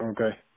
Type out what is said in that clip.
Okay